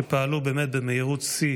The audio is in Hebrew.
שפעלו באמת במהירות שיא